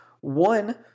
One